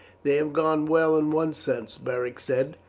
they have gone well in one sense, beric said,